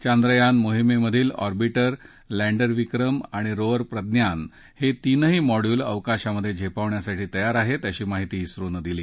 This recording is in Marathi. चांद्रयान मोहिमेमधील ऑर्बिटर लँडर विक्रम आणि रोअर प्रज्ञान हे तीनही मॉडयूल अवकाशात झेपावण्यासाठी तयार आहेत अशी माहिती झोनं दिली